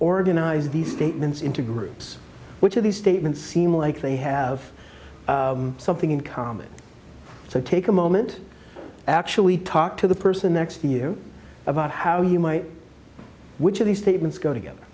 organize these statements into groups which of these statements seem like they have something in common so take a moment actually talk to the person next to you about how you might which of these statements go together